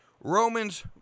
Roman's